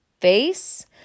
face